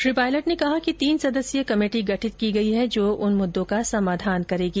श्री पायलट ने कहा कि तीन सदस्यीय कमेटी गठित की गयी है जो उन मुद्दों का समाधान करेगी